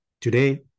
today